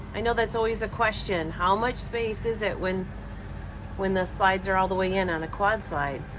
i know that's always a question. how much space is it when when the slides are all the way in on a quad slide?